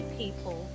people